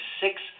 six